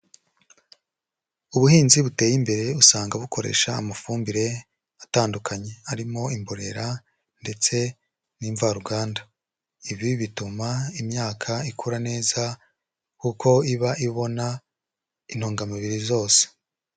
Ubuhinzi buteye imbere usanga bukoresha amafumbire atandukanye, harimo imborera ndetse n'imvaruganda, ibi bituma imyaka ikura neza kuko iba ibona intungamubiri zose.